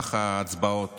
במהלך ההצבעות